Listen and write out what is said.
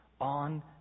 on